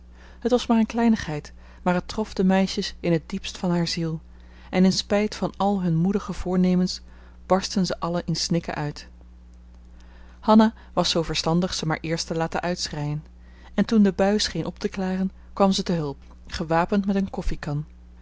het was maar een kleinigheid maar het trof de meisjes in het diepst van haar ziel en in spijt van al hun moedige voornemens barstten ze allen in snikken uit hanna was zoo verstandig ze maar eerst te laten uitschreien en toen de bui scheen op te klaren kwam ze te hulp gewapend met een koffiekan